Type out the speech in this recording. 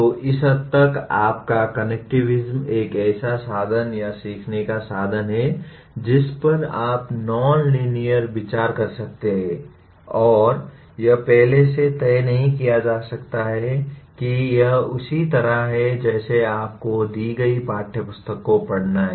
तो इस हद तक आपका कनेक्टिविज़्म एक ऐसा साधन या सीखने का साधन है जिस पर आप नॉन लीनियर विचार कर सकते हैं और यह पहले से तय नहीं किया जा सकता है कि यह उसी तरह है जैसे आपको दी गई पाठ्यपुस्तक को पढ़ना है